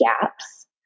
gaps